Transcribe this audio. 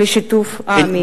לשיתוף העמים.